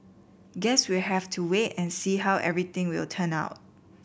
guess we'll have to wait and see how everything will turn out